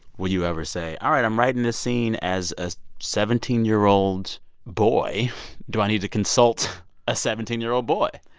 will you ever say, all right, i'm writing this scene as a seventeen year old boy do i need to consult a seventeen year old boy?